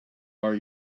are